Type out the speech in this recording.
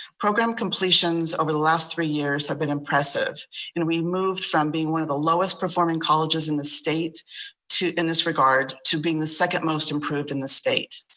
program completions over the last three years have been impressive and we moved from being one of the lowest performing colleges in the state to, in this regard, to being the second most improved in the state.